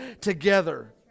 together